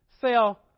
sell